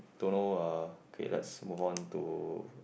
don't know uh K let's move on to